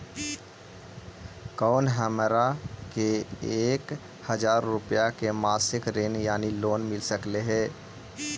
का हमरा के एक हजार रुपया के मासिक ऋण यानी लोन मिल सकली हे?